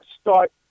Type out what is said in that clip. start